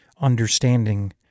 understanding